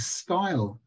style